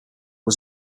was